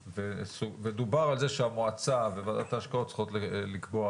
מדובר על זה שהמועצה וועדת ההשקעות צריכות לקבוע